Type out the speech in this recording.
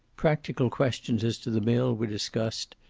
practical questions as to the mill were discussed,